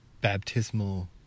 baptismal